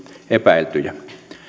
epäiltyjä